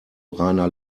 reiner